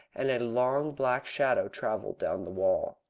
and a long black shadow travelled down the wall.